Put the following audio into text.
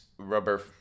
Rubber